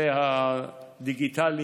לנושא הדיגיטלי.